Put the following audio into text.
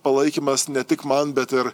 palaikymas ne tik man bet ir